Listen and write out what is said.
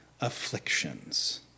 afflictions